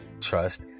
trust